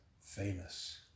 famous